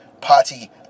party